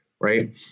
right